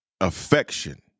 affection